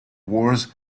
wars